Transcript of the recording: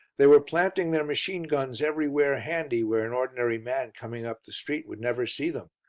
they were planting their machine-guns everywhere handy where an ordinary man coming up the street would never see them,